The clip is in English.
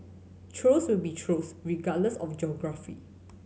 trolls will be trolls regardless of geography